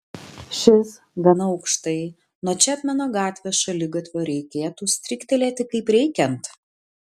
šis gana aukštai nuo čepmeno gatvės šaligatvio reikėtų stryktelėti kaip reikiant